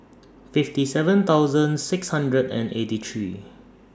fifty seven thousand six hundred and eighty three